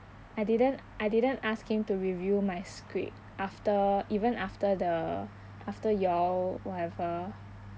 I didn't I didn't ask him to review my script after even after the after you all will have a